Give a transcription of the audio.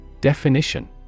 Definition